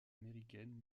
américaine